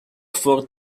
for